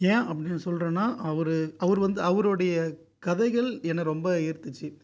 ஏன் அப்படி சொல்கிறேன்னா அவர் அவர் வந்து அவருடைய கதைகள் என்ன ரொம்ப ஈர்த்திச்சு